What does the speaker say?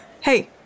Hey